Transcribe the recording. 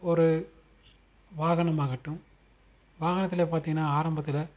ஒரு வாகனம் ஆகட்டும் வாகனத்தில் பார்த்தீங்கன்னா ஆரம்பத்தில்